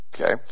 Okay